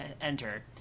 enter